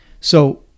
So-